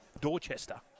Dorchester